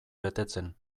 betetzen